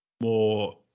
more